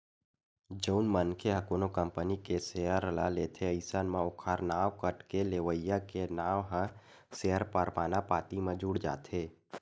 जउन मनखे ह कोनो कंपनी के सेयर ल लेथे अइसन म ओखर नांव कटके लेवइया के नांव ह सेयर परमान पाती म जुड़ जाथे